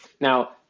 Now